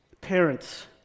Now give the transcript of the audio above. Parents